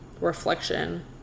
reflection